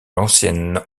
l’ancienne